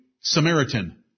Samaritan